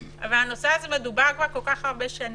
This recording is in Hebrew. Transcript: הנושא הזה מדובר כל כך הרבה שנים.